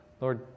Lord